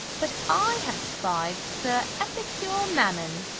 but i have spied sir epicure mammon